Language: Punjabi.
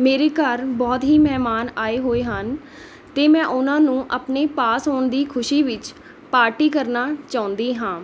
ਮੇਰੇ ਘਰ ਬਹੁਤ ਹੀ ਮਹਿਮਾਨ ਆਏ ਹੋਏ ਹਨ ਅਤੇ ਮੈਂ ਉਹਨਾਂ ਨੂੰ ਆਪਣੇ ਪਾਸ ਹੋਣ ਦੀ ਖੁਸ਼ੀ ਵਿੱਚ ਪਾਰਟੀ ਕਰਨਾ ਚਾਹੁੰਦੀ ਹਾਂ